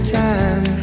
time